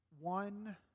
one